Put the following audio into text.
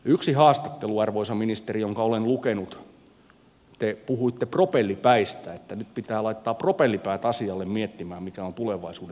yhdessä haastattelussa arvoisa ministeri jonka olen lukenut te puhuitte propellipäistä että nyt pitää laittaa propellipäät asialle miettimään mikä on tulevaisuuden kunta